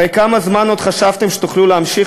הרי כמה זמן עוד חשבתם שתוכלו להמשיך